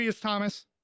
Thomas